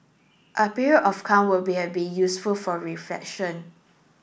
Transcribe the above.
a period of calm would be useful for reflection